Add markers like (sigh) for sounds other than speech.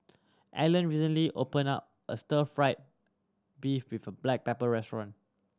Allan recently opened (unintelligible) a stir fried beef with black pepper restaurant